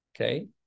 okay